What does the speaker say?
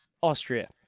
Austria